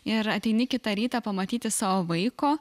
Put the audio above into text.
ir ateini kitą rytą pamatyti savo vaiko